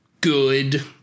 good